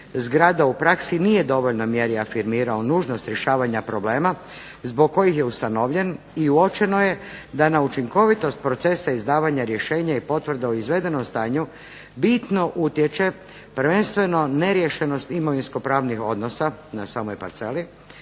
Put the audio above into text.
zgrada u praksi nije dovoljno mjere afirmirao nužnost rješavanja problema zbog kojih je ustanovljen i uočeno je da na učinkovitost procesa izdavanja rješenja i potvrda o izvedenom stanju bitno utječe prvenstveno neriješenosti imovinsko-pravnih odnosa na samoj parceli,